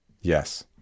Yes